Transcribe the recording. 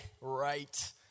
right